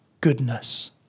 goodness